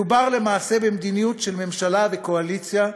מדובר במדיניות של ממשלה וקואליציה,